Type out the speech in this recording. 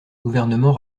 gouvernement